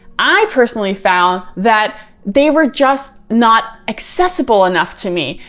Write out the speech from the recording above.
i personally found that they were just not accessible enough to me.